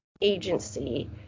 agency